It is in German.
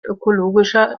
ökologischer